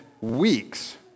weeks